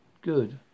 Good